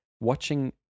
watching